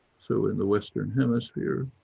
so in the western hemisphere,